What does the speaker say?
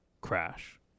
crash